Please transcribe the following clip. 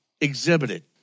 exhibited